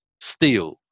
Steel